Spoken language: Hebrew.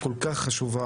כל כך חשובה,